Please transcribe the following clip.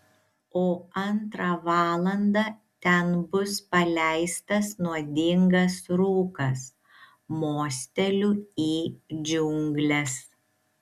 o antrą valandą ten bus paleistas nuodingas rūkas mosteliu į džiungles